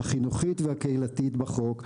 החינוכית והקהילתית בחוק,